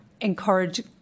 encourage